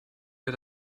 wer